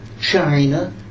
China